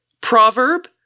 Proverb